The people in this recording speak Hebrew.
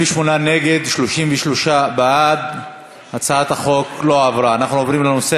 החינוך, הצעה לסדר-היום